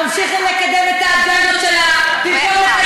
תמשיכי לקדם את האג'נדות שלך במקום לקדם את מעמד הנשים בישראל,